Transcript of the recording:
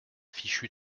fichu